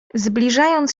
zbliżając